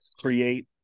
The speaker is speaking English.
create